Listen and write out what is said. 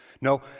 No